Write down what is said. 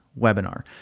webinar